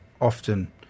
often